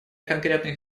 конкретных